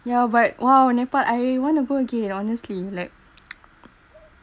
ya but !wow! nepal I want to go again honestly like